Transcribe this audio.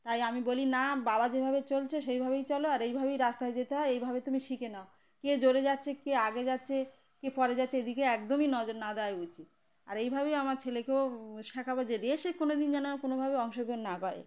তাই আমি বলি না বাবা যেভাবে চলছে সেইভাবেই চলো আর এইভাবেই রাস্তায় যেতে হয় এইভাবে তুমি শিখে নাও কে জোরে যাচ্ছে কে আগে যাচ্ছে কে পরে যাচ্ছে এদিকে একদমই নজর না দেওয়াই উচিত আর এইভাবেই আমার ছেলেকেও শেখাব যে রেসে কোনো দিন যেন আর কোনোভাবেই অংশগ্রহণ না করে